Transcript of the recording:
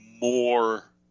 more